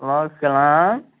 وعلیکم سلام